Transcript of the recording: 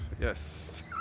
yes